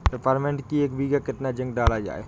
Peppermint की एक बीघा कितना जिंक डाला जाए?